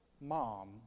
mom